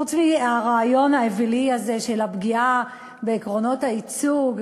חוץ מהרעיון האווילי הזה של הפגיעה בעקרונות הייצוג,